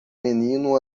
menino